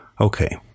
okay